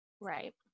Right